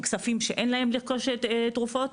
כספים שאין להם לרכוש תרופות,